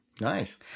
nice